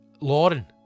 Lauren